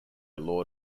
law